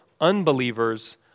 unbelievers